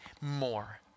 more